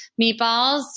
meatballs